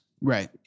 right